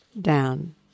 down